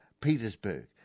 Petersburg